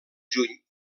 juny